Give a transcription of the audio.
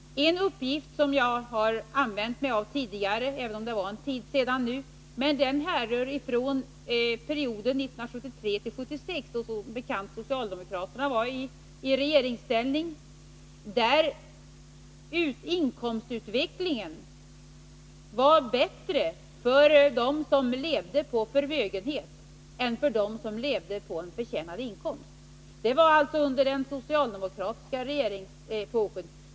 En uppgift som jag använt mig av tidigare, även om det nu är en tid sedan, härrör från perioden 1973-1976, då socialdemokraterna som bekant satt i regeringsställning. Den uppgiften visar att inkomstutvecklingen var bättre för dem som levde på förmögenhet än för dem som levde på en förtjänad inkomst. Det var alltså under den socialdemokratiska regeringsepoken.